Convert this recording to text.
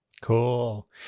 Cool